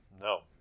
No